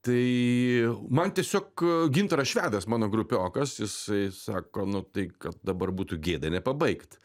tai man tiesiog gintaras švedas mano grupiokas jis tai sako nu tai kad dabar būtų gėda nepabaigt